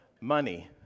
money